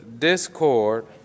Discord